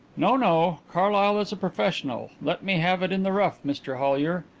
no, no carlyle is a professional. let me have it in the rough, mr hollyer.